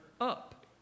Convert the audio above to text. up